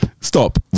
stop